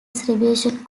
celebration